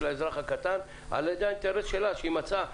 האזרח הקטן על ידי האינטרס שלה שהיא מצאה,